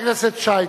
חבר הכנסת שי,